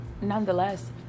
Nonetheless